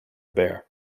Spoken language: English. bear